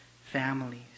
families